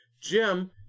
Jim